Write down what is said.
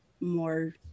more